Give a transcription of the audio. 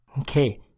Okay